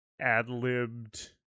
ad-libbed